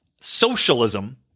socialism